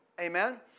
Amen